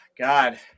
God